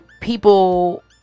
people